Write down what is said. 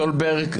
סליחה, יש לי סדר.